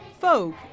folk